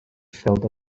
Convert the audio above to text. felt